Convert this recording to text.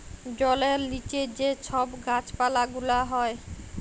জলের লিচে যে ছব গাহাচ পালা গুলা হ্যয়